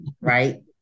right